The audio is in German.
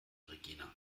regina